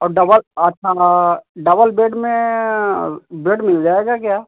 और डबल अच्छा double bed में बेड मिल जाएगा क्या